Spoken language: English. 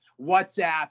WhatsApp